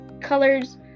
colors